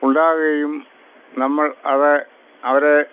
ഉണ്ടാകുകയും നമ്മൾ അത് അവരെ